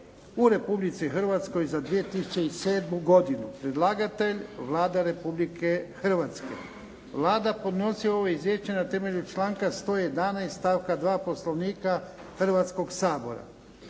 u Republici Hrvatskoj za 2007. godinu Predlagatelj Vlada Republike Hrvatske. Vlada podnosi ovo izvješće na temelju članka 111. stavka 2. Poslovnika Hrvatskog sabora.